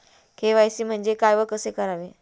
KYC म्हणजे काय व कसे करावे?